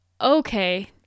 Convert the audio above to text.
okay